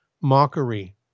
mockery